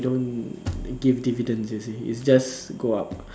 they don't give dividends you see it's just go up